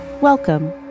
Welcome